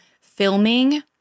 filming